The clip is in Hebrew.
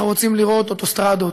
אנחנו רוצים לראות אוטוסטרדות,